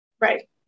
right